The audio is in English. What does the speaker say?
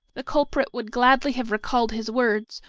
the culprit would gladly have recalled his words,